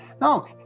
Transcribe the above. No